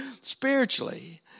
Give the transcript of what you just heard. spiritually